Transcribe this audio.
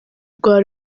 rwa